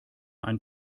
ein